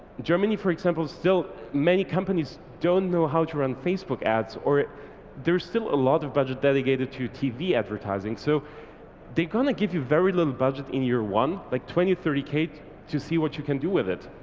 germany for example, still many companies don't know how to run facebook ads or there's still a lot of budget delegated to tv advertising, so they're gonna give you very little budget in year one like twenty thirty k to to see what you can do with it.